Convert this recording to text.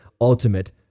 ultimate